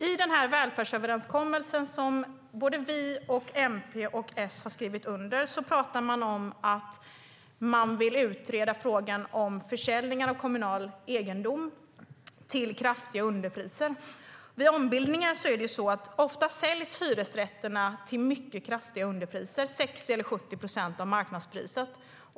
I den välfärdsöverenskommelse som Vänsterpartiet, Miljöpartiet och Socialdemokraterna har skrivit under talar man om att man vill utreda frågan om försäljningar av kommunal egendom till kraftiga underpriser. Vid ombildningar säljs oftast hyresrätterna till mycket kraftiga underpriser - 60 eller 70 procent av marknadspriset.